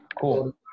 cool